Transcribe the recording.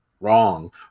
wrong